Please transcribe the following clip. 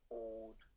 old